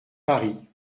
paris